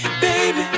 Baby